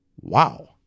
wow